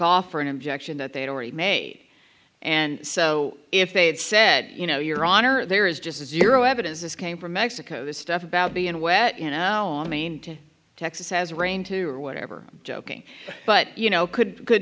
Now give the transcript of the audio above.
off for an objection that they'd already made and so if they'd said you know your honor there is just zero evidence this came from mexico the stuff about being wet in our main to texas has rained two or whatever joking but you know could could